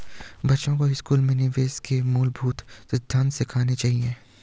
बच्चों को स्कूल में निवेश के मूलभूत सिद्धांत सिखाने चाहिए